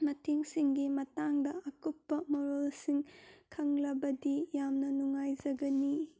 ꯃꯇꯦꯡꯁꯤꯡꯒꯤ ꯃꯇꯥꯡꯗ ꯑꯀꯨꯞꯄ ꯃꯔꯣꯜꯁꯤꯡ ꯈꯪꯂꯕꯗꯤ ꯌꯥꯝꯅ ꯅꯨꯡꯉꯥꯏꯖꯒꯅꯤ